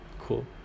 Cool